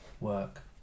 work